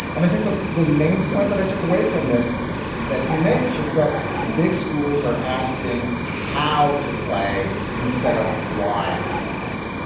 and i think the the main point that i took away from it that he makes is that the big schools are asking how to play instead of why to play.